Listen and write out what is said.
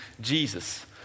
Jesus